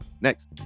Next